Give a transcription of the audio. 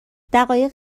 دقایق